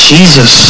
Jesus